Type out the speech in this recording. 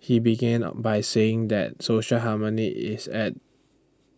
he began by saying that social harmony is at